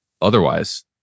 otherwise